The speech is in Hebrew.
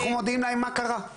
אנחנו מודיעים להם מה קרה,